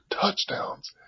touchdowns